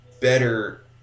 better